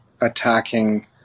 attacking